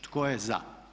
Tko je za?